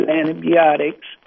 antibiotics